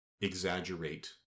exaggerate